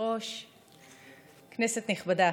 כנסת נכבדה.